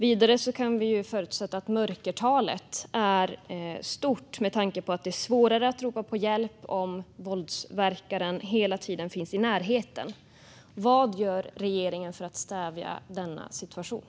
Vidare kan vi förutsätta att mörkertalet är stort med tanke på att det är svårare att ropa på hjälp om våldsverkaren hela tiden finns i närheten. Vad gör regeringen för att stävja denna situation?